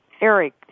Eric